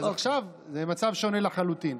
עכשיו זה מצב שונה לחלוטין.